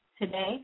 today